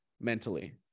mentally